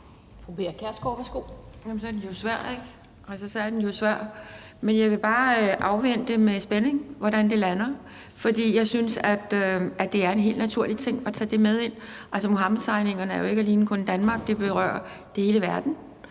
bliver den jo svær, ikke? Men jeg vil bare med spænding afvente, hvordan det lander, for jeg synes, det er en helt naturlig ting at tage det med ind. Muhammedtegningerne berører jo ikke kun Danmark, de berører hele verden,